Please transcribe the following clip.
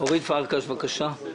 אורית פרקש, בבקשה.